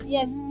Yes